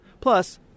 Plus